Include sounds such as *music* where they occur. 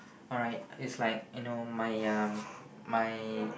alright is like you know my um *breath* my